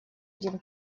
один